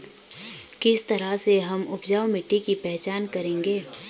किस तरह हम उपजाऊ मिट्टी की पहचान करेंगे?